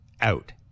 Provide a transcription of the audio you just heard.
out